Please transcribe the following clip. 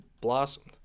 blossomed